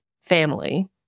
family